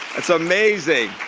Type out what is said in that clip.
that's amazing.